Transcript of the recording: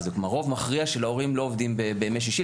הרוב המכריע של ההורים לא עובדים בימי שישי,